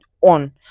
on